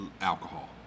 alcohol